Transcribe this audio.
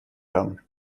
haben